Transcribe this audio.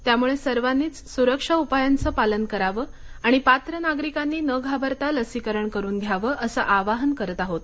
त्यामुळे सर्वांनीच सुरक्षा उपायांचं पालन करावं आणि पात्र नागरिकांनी न घाबरता लसीकरण करून घ्यावं असं आवाहन करत आहोत